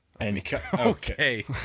Okay